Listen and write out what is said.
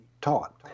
taught